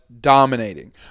dominating